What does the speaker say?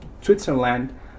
Switzerland